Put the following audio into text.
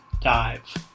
dive